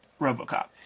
RoboCop